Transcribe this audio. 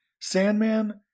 Sandman